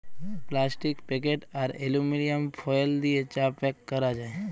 plastic packet আর aluminium foil দিয়ে চা প্যাক ক্যরা যায়